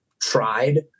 tried